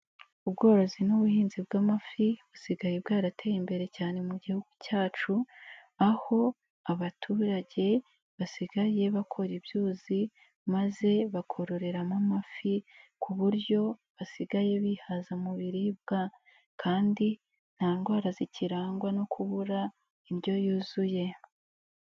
Ubworozi n'ubuhinzi bwamafi busigaye bwarateye imbere cyane mu gihugu cyacu aho abaturage basigaye bakora ibyuzi maze bakororeramo amafi ku buryo basigaye bihaza mu biribwa, kandi nta ndwara zikirangwa no kubura indyo yuzuye.